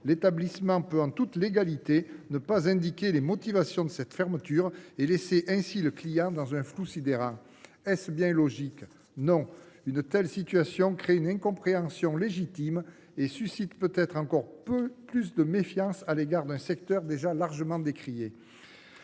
l’établissement peut, en toute légalité, ne pas indiquer les motivations de cette fermeture, laissant ainsi le client dans un flou sidérant. Est ce bien logique ? Non ! Une telle situation crée une incompréhension légitime et suscite peut être encore un peu plus de méfiance à l’égard d’un secteur déjà largement décrié…